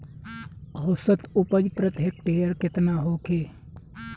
औसत उपज प्रति हेक्टेयर केतना होखे?